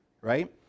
right